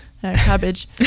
cabbage